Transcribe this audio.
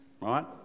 right